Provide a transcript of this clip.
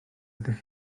ydych